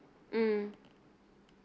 mm